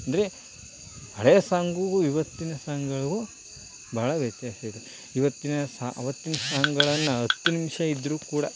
ಅಂದರೆ ಹಳೆಯ ಸಾಂಗಿಗೂ ಇವತ್ತಿನ ಸಾಂಗ್ಗಳಿಗೂ ಬಹಳ ವ್ಯತ್ಯಾಸ ಇದೆ ಇವತ್ತಿನ ಸ ಆವತ್ತಿನ ಸಾಂಗ್ಗಳನ್ನು ಹತ್ತು ನಿಮಿಷ ಇದ್ದರೂ ಕೂಡ